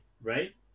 right